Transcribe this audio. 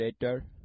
later